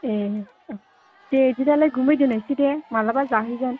ए दे बिदिबालाय गुमै दोननोसै दे माब्लाबा जाहैगोन